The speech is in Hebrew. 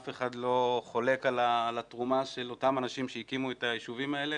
אף אחד לא חולק על התרומה של אותם אנשים שהקימו את הישובים האלה